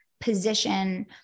position